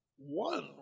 one